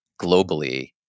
globally